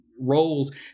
roles